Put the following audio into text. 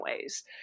ways